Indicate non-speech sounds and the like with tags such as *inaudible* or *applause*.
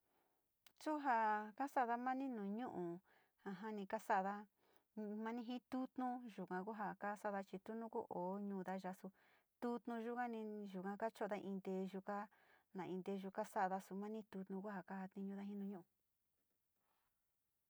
Su ja kasada mani nu ñu´u *hesitation* ni kasada moni tutnu yuka ku jaa kasada chi tu nu ko ñuda yasu, tutnu yuga ni, yuga kacho’oda, in nteyoda, na inteeyu kasada so mani tutnu kajatinuda nu ñu´u.